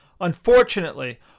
Unfortunately